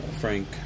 Frank